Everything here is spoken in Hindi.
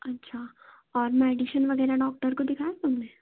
अच्छा और मैडीशेन वगैरह डॉक्टर को दिखाया तुमने